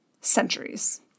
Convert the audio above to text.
centuries